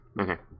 Okay